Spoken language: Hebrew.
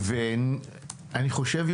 ואני חושב,